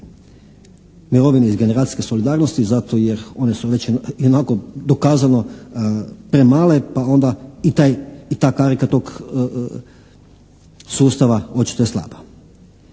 mirovini s generacijske solidarnosti zato jer one su već ionako dokazano premale pa onda i ta karika tog sustava očito je slaba.